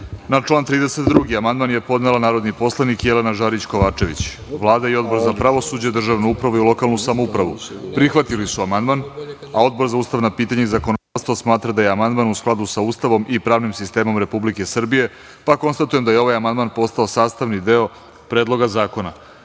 član 32. amandman je podnela narodni poslanik Jelena Žarić Kovačević. Vlada i Odbor za pravosuđe, državnu upravu i lokalnu samoupravu prihvatili su amandman, a Odbor za ustavna pitanja i zakonodavstvo smatra da je amandman u skladu sa Ustavom i pravnim sistemom Republike Srbije. Konstatujem da je ovaj amandman postao sastavni deo Predloga zakona. Reč